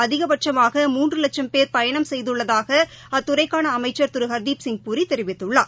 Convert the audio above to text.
அதிகபட்சமாக முன்று லட்சம் பேர் பயணம் செய்துள்ளதாக அத்துறை அமைச்ள் திரு ஹர்தீப்சிங் பூரி தெரிவித்துள்ளார்